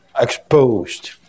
exposed